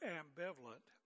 ambivalent